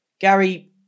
Gary